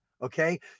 Okay